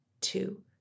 two